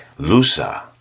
lusa